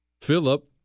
Philip